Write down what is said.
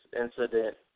incident